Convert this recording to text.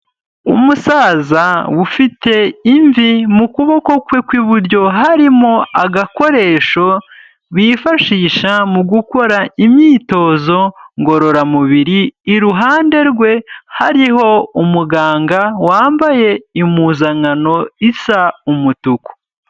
Umusaza ufite imvi, mu kuboko kwe kw'iburyo harimo agakoresho bifashisha mu gukora imyitozo ngororamubiri, iruhande rwe hariho umuganga wambaye impuzankano isa umutuku.